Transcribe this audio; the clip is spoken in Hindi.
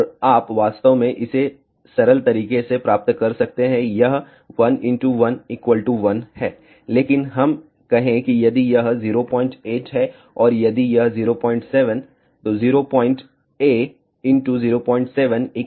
और आप वास्तव में इसे सरल तरीके से प्राप्त कर सकते हैं यह 1 1 1 है लेकिन हम कहें कि यदि यह 08 है और यदि यह 07 तो 08 07 056 है